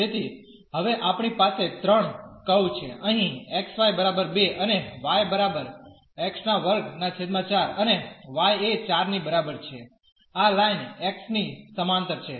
તેથી હવે આપણી પાસે 3 કર્વ છે અહીં xy 2 અને અને y એ 4 ની બરાબર છે આ લાઇન x ની સમાંતર છે